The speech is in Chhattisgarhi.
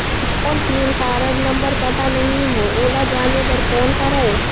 मोर पैन कारड नंबर पता नहीं है, ओला जाने बर कौन करो?